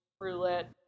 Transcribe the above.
roulette